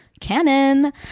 canon